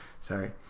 Sorry